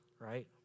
right